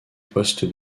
poste